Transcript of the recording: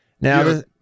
Now